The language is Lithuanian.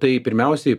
tai pirmiausiai